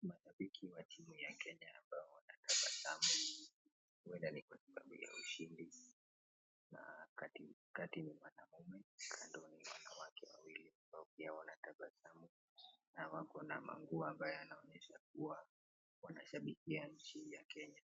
Mashabiki wa timu ya kenya ambao wanatabasamu huenda ni kwa sababu ya ushindi na katikati ni mwanamume kando ni wanawake wawili ambao pia wanatabasamu na wako na manguo ambayo yanaonyesha wanashabikia timu ya Kenya.